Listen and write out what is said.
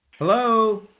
Hello